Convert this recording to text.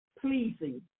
pleasing